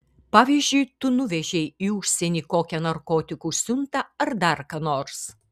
pavyzdžiui tu nuvežei į užsienį kokią narkotikų siuntą ar dar ką nors